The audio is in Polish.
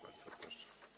Bardzo proszę.